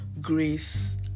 grace